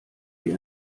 wie